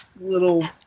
little